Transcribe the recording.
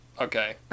okay